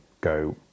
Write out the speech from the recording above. go